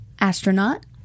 astronaut